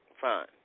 fine